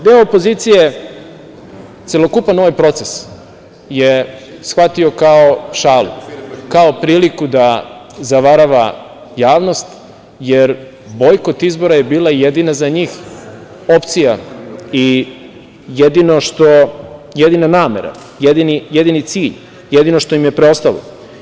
Deo opozicije celokupan ovaj proces je shvatio kao šalu, kao priliku da zavarava javnost, jer bojkot izbora je bila jedina za njih opcija i jedina namera, jedini cilj, jedino što im je preostalo.